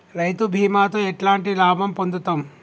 రైతు బీమాతో ఎట్లాంటి లాభం పొందుతం?